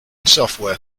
software